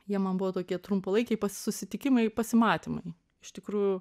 jie man buvo tokie trumpalaikiai susitikimai pasimatymai iš tikrųjų